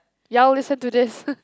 ya I'll listen to this